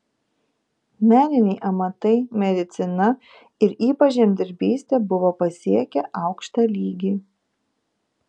meniniai amatai medicina ir ypač žemdirbystė buvo pasiekę aukštą lygį